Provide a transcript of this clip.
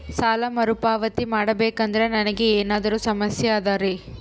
ಸಾಲ ಮರುಪಾವತಿ ಮಾಡಬೇಕಂದ್ರ ನನಗೆ ಏನಾದರೂ ಸಮಸ್ಯೆ ಆದರೆ?